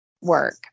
work